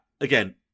again